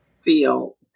feel